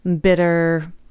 bitter